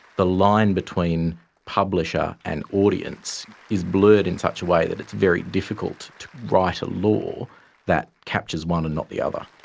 the line between publisher and audience is blurred in such a way that it's very difficult to write a law that captures one and not the other.